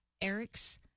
Eric's